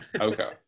Okay